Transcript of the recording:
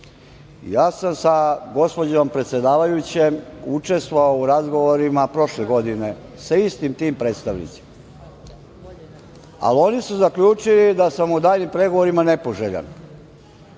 sam sa gospođom predsedavajućom učestvovao u razgovorima prošle godine sa istim tim predstavnicima, ali oni su zaključili da sam u daljim pregovorima nepoželjan. Dakle,